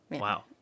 wow